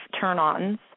turn-ons